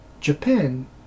Japan